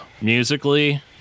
musically